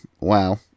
Wow